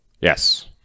Yes